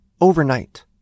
overnight